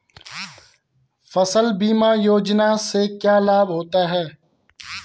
फसल बीमा योजना से क्या लाभ होता है?